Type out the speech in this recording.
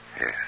Yes